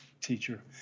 teacher